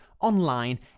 online